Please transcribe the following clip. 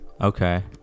okay